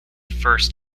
first